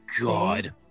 God